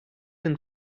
and